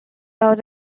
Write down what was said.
out